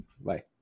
Bye